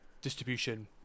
distribution